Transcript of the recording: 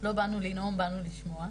לא באנו לנאום, באנו לשמוע.